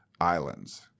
Islands